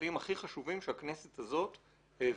הסביבתיים הכי חשובים שהכנסת הזאת העבירה.